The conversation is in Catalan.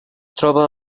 troba